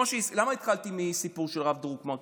למה התחלתי מהסיפור של הרב דרוקמן?